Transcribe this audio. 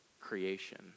creation